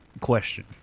Question